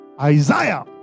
Isaiah